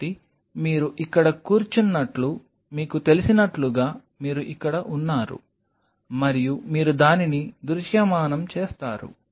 కాబట్టి మీరు ఇక్కడ కూర్చున్నట్లు మీకు తెలిసినట్లుగా మీరు ఇక్కడ ఉన్నారు మరియు మీరు దానిని దృశ్యమానం చేస్తారు